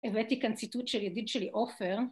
‫הבאתי כאן ציטוט של ידיד שלי עופר.